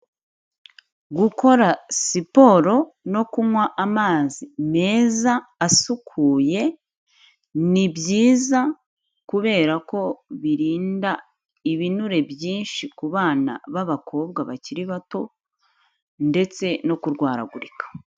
Gukora siporo no kunywa amazi meza asukuye ni byiza kubera ko birinda ibinure byinshi ku bana b'abakobwa bakiri bato ndetse no kurwaragurika.